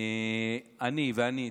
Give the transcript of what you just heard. אני ואני.